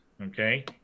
Okay